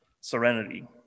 serenity